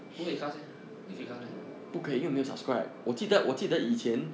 不可以 cast eh 你不可以 cast meh oh